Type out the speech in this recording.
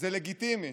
זה לגיטימי.